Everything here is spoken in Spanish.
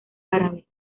árabe